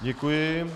Děkuji.